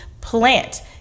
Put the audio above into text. plant